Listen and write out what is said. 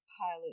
pilot